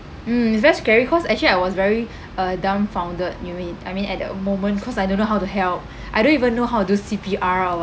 mm it's very scary cause actually I was very uh dumbfounded you mean I mean at that moment cause I don't know how to help I don't even know how to do C_P_R or